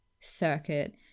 circuit